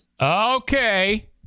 Okay